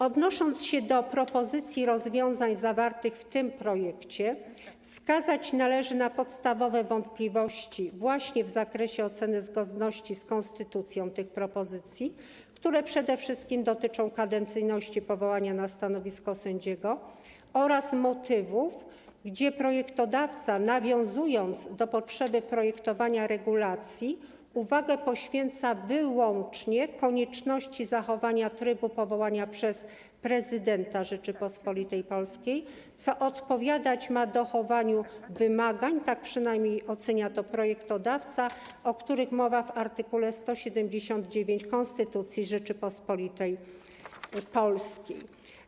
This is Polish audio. Odnosząc się do propozycji rozwiązań zawartych w tym projekcie, wskazać należy na podstawowe wątpliwości właśnie w zakresie oceny zgodności z konstytucją tych propozycji, które przede wszystkim dotyczą kadencyjności, powołania na stanowisko sędziego oraz motywów, gdyż projektodawca, nawiązując do potrzeby projektowania regulacji, uwagę poświęca wyłącznie konieczności zachowania trybu powołania przez prezydenta Rzeczypospolitej Polskiej, co odpowiadać ma dochowaniu wymagań - tak przynajmniej ocenia to projektodawca - o których mowa w art. 179 konstytucji Rzeczypospolitej Polskiej.